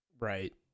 Right